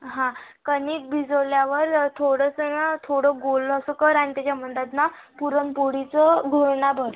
हां कणिक भिजवल्यावर थोडंसं ना थोडं गोल असं कर अन् त्याच्या मध्यात ना पुरणपोळीचं घुळना भर